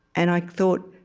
and i thought,